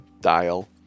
dial